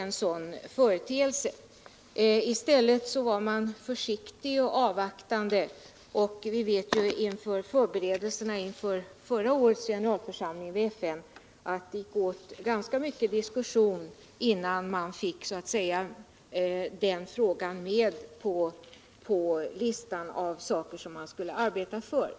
I stället var man försiktig och avvaktande. Vi vet också att det inför förberodeltserna till förra årets generalförsamling i FN fördes en ganska livlig diskussion innan ämnet kom med på listan över de frågor man skulle arbeta med.